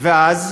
ואז